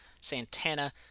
Santana